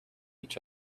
each